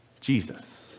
Jesus